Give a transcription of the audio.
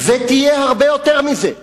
ותהיה הרבה יותר מזה,